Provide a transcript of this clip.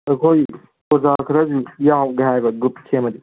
ꯑꯩꯈꯣꯏ ꯑꯣꯖꯥ ꯈꯔꯁꯨ ꯌꯥꯎꯒꯦ ꯍꯥꯏꯕ ꯒ꯭ꯔꯨꯞ ꯁꯦꯝꯃꯗꯤ